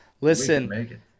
Listen